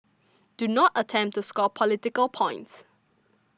do not attempt to score political points